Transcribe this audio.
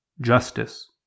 justice